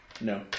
No